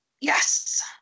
yes